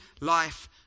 life